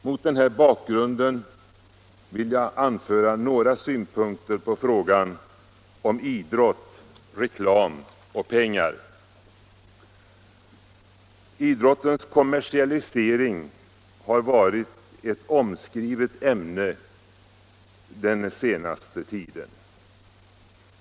Mot den här bakgrunden vill jag anföra några synpunkter på frågan om idrott, reklam och pengar. Idrottens kommersialisering har varit ett omskrivet ämne den senaste tiden.